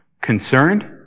Concerned